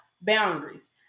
boundaries